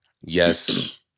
Yes